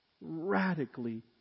radically